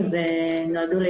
בוקר טוב.